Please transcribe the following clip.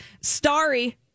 starry